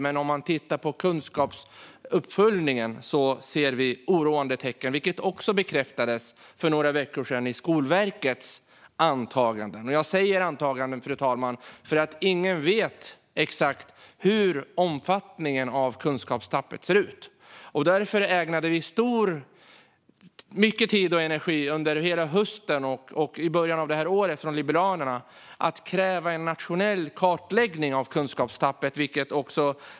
Men om vi tittar på kunskapsuppföljningen ser vi oroande tecken, vilket också bekräftades för några veckor sedan i Skolverkets antaganden. Jag använder ordet antaganden, fru talman, för ingen vet exakt hur omfattningen av kunskapstappet ser ut. Därför ägnade Liberalerna mycket tid och energi under hela hösten och i början av det här året åt att kräva en nationell kartläggning av kunskapstappet.